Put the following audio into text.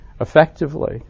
Effectively